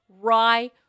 rye